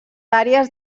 àrees